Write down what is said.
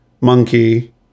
Monkey